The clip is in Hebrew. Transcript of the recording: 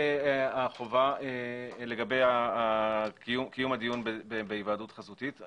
לגבי קיום הדיון בהיוועדות חזותית.